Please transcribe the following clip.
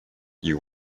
you